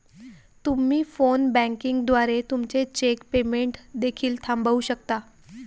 तुम्ही phone banking द्वारे तुमचे चेक पेमेंट देखील थांबवू शकता